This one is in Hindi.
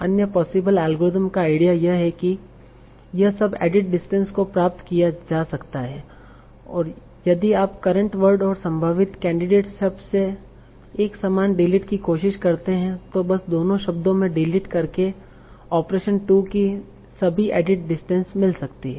अन्य पॉसिबल एल्गोरिथ्म का आईडिया यह है कि यह सब एडिट डिस्टेंस को प्राप्त किया जा सकता है यदि आप करंट वर्ड और संभावित कैंडिडेट शब्द से एक सामान डिलीट की कोशिश करते हैं तो बस दोनों शब्दों में डिलीट करके ऑपरेशन 2 की सभी एडिट डिस्टेंस मिल सकती है